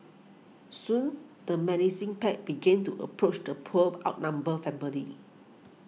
soon the menacing pack began to approach the poor outnumbered family